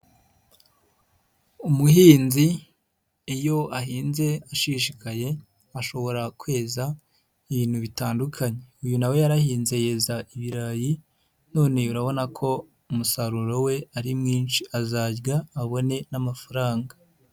Umuhinzi iyo ahinze ashishikaye ashobora kweza ibintu bitandukanye, uyu nawe yarahinze yeza ibirayi none urabona ko umusaruro we ari mwinshi azarya abone n'amafaranga.